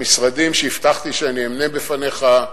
המשרדים שהבטחתי שאני אמנה בפניך,